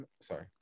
Sorry